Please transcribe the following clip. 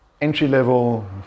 entry-level